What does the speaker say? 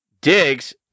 Diggs